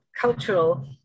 cultural